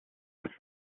with